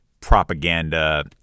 propaganda